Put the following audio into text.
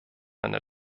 einer